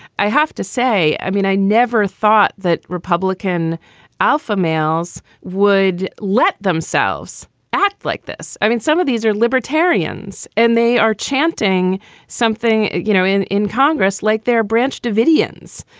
i have to say, i mean, i never thought that republican alpha males would let themselves act like this. i mean, some of these are libertarians and they are chanting something, you know, in in congress like their branch davidians.